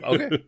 Okay